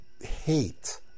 hate